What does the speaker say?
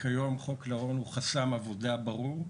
כיום חוק לרון הוא חסם עבודה ברור.